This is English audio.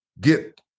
get